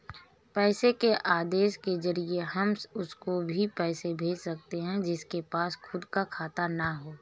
पैसे के आदेश के जरिए हम उसको भी पैसे भेज सकते है जिसके पास खुद का खाता ना हो